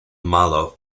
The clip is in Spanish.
malo